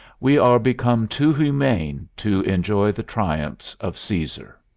we are become too humane to enjoy the triumphs of caesar.